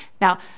Now